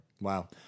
wow